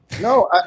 No